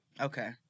Okay